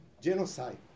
genocide